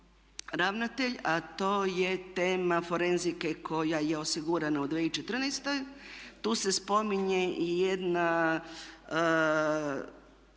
ravnatelj a to je tema forenzike koja je osigurana u 2014. Tu se spominje i jedna